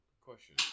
Question